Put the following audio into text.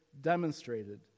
demonstrated